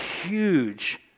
huge